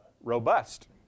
Robust